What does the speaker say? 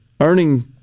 earning